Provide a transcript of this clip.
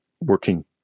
working